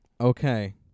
Okay